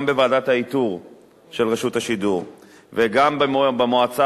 גם בוועדת האיתור של רשות השידור וגם במועצה